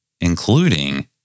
including